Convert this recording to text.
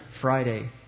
Friday